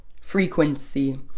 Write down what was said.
frequency